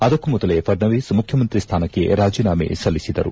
ಅದಕ್ಕೂ ಮೊದಲೇ ಫಡ್ನವೀಸ್ ಮುಖ್ಯಮಂತ್ರಿ ಸ್ಥಾನಕ್ಕೆ ರಾಜೀನಾಮೆ ಸಲ್ಲಿಸಿದರು